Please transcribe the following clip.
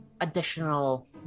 additional